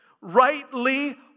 rightly